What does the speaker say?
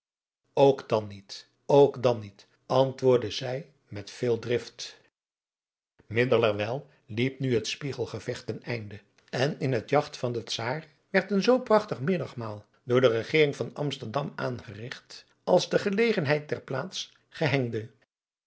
ook dan niet ook dan niet antwoordde zij met veel drift middelerwijl liep nu het spiegelgevecht ten einde en in het jagt van den czaar werd een zoo prachtig middagmaal door de regering van amsterdam aangerigt als de gelegenheid der plaats